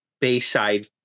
Bayside